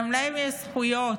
גם להם יש זכויות,